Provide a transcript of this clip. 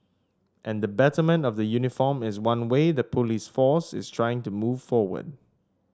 and the betterment of the uniform is one way the police force is trying to move forward